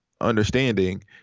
understanding